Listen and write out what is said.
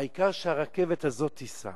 העיקר שהרכבת הזאת תיסע.